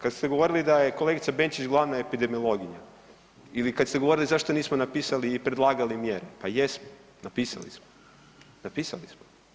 Kad ste govorili da je kolegica Benčić glavna epidemiologinja ili kad ste govorili zašto nismo napisali i predlagali mjere, pa jesmo, napisali smo, napisali smo.